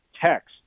text